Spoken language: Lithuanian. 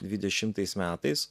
dvidešimtais metais